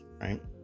right